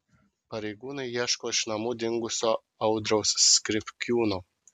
pareigūnai ieško iš namų dingusio audriaus skripkiūno